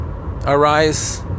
Arise